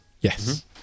Yes